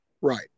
Right